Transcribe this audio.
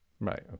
Right